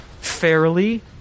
fairly